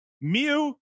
Mew